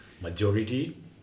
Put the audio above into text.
majority